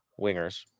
wingers